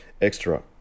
extra